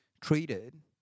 treated